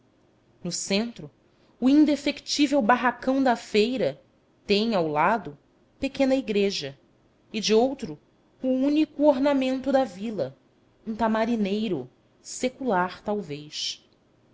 no centro o indefectível barracão da feira tem ao lado pequena igreja e de outro o único ornamento da vila um tamarineiro secular talvez